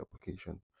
application